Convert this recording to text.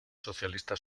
socialista